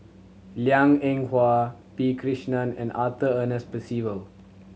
Liang Eng Hwa P Krishnan and Arthur Ernest Percival